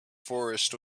forest